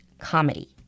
comedy